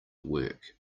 work